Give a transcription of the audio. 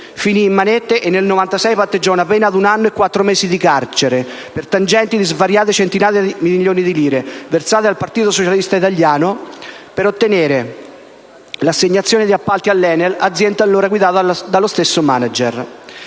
finì in manette, e nel 1996 patteggiò una pena ad un anno e quattro mesi di carcere per tangenti di svariate centinaia di milioni di lire, versate al Partito Socialista Italiano per ottenere l'assegnazione di appalti all'ENEL, azienda allora guidata dallo stesso *manager*.